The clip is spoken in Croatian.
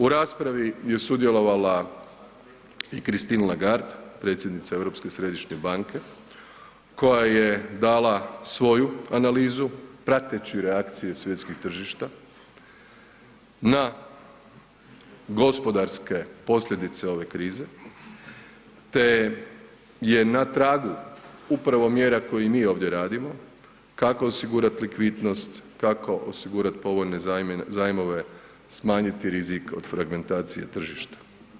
U raspravi je sudjelovala i Christine Lagarde, predsjednica Europske središnje banke, koja je dala svoju analizu prateći reakcije svjetskih tržišta, na gospodarske posljedice ove krize, te je na tragu upravo mjera koje i mi ovdje radimo, kako osigurat likvidnost, kako osigurat povoljne zajmove, smanjiti rizik od fragmentacije tržišta.